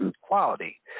quality